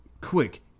Quick